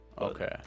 Okay